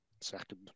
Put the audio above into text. Second